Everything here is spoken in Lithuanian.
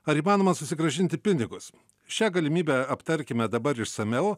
ar įmanoma susigrąžinti pinigus šią galimybę aptarkime dabar išsamiau